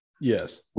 Yes